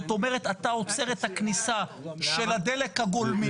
זאת אומרת אתה עוצר את הכניסה של הדלק הגולמי.